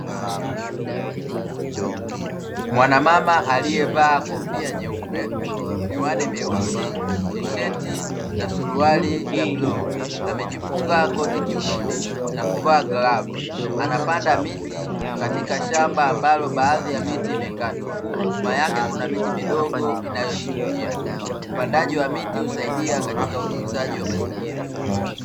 Mwanamama aliyevaa kofia nyeupe, miwani myeusi, tisheti na suruali ya bluu, amejifunga koti kiunoni na kuvaa glavu. Anapanda miti katika shamba ambalo baadhi ya miti imekatwa. Nyuma yake kuna miti midogo inayochipukia. Upandaji wa miti husaidia katika utunzaji wa mazingira.